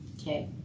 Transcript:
okay